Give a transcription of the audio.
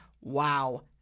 Wow